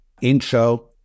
intro